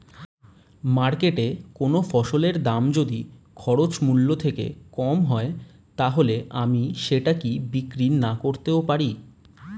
মার্কেটৈ কোন ফসলের দাম যদি খরচ মূল্য থেকে কম হয় তাহলে আমি সেটা কি বিক্রি নাকরতেও পারি?